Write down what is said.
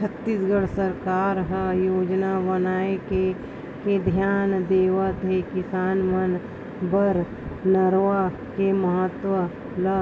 छत्तीसगढ़ सरकार ह योजना बनाके धियान देवत हे किसान मन बर नरूवा के महत्ता ल